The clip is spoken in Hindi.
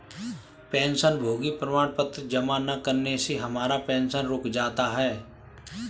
पेंशनभोगी प्रमाण पत्र जमा न करने से हमारा पेंशन रुक जाता है